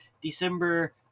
December